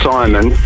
Simon